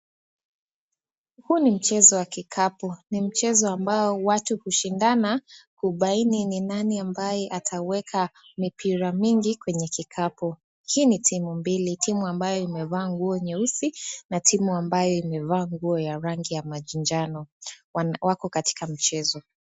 Huu ni mchezo wa kikapu. Ni mchezo ambao watu hushindana kubaini ni nani ambaye ataweka mipira mingi kwenye kikapu. Hii ni timu mbili, timu ambayo imevaa nguo nyeusi na timu ambayo imevaa nguo ya rangi ya manjano. Wako katika mchezo.